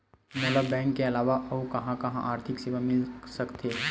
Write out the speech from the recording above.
मोला बैंक के अलावा आऊ कहां कहा आर्थिक सेवा मिल सकथे?